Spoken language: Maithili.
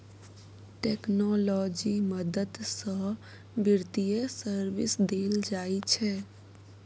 टेक्नोलॉजी मदद सँ बित्तीय सर्विस देल जाइ छै